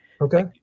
okay